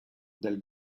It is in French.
del